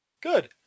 Good